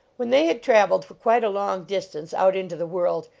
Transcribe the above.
when they had traveled for quite a long distance out into the world,